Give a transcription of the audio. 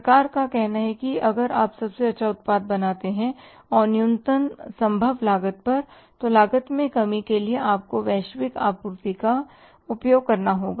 सरकार का कहना है कि आप अगर सबसे अच्छा उत्पाद बनाते हैं और न्यूनतम संभव लागत पर तो लागत में कमी के लिए आपको वैश्विक आपूर्ति का उपयोग करना चाहिए